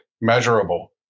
measurable